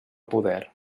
poder